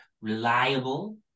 reliable